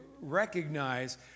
recognize